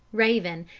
raven,